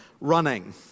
running